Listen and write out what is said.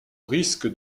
risque